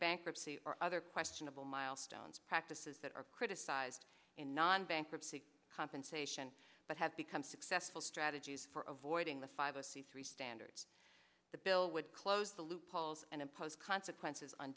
bankruptcy or other questionable milestones practices that are criticized in non bankruptcy compensation but have become successful strategies for avoiding the five a c three standards the bill would close the loopholes and impose consequences on